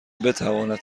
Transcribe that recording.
بتواند